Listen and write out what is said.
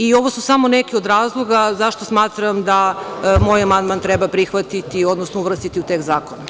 I ovo su samo neki od razloga zašto smatram da moj amandman treba prihvatiti, odnosno uvrstiti u tekst zakona.